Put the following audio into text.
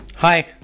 hi